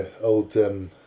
Old